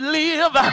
live